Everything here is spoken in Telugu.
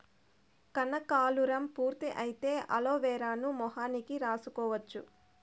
కనకాలురం పూర్తి అయితే అలోవెరాను మొహానికి రాసుకోవచ్చు